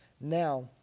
Now